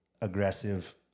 aggressive